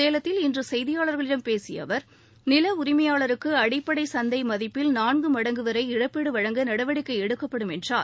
சேலத்தில் இன்று செய்தியாளர்களிடம் பேசிய அவர் நில உரிமையாளருக்கு அடிப்படை சந்தை மதிப்பில் நான்கு மடங்கு வரை இழப்பீடு வழங்க நடவடிக்கை எடுக்கப்படும் என்றார்